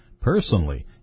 Personally